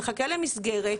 מחכה למסגרת,